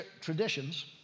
traditions